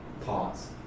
pause